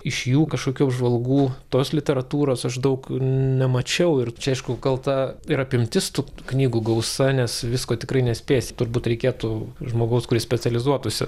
iš jų kažkokių apžvalgų tos literatūros aš daug nemačiau ir čia aišku kalta ir apimtis tų knygų gausa nes visko tikrai nespėsi turbūt reikėtų žmogaus kuris specializuotųsi